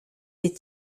est